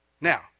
Now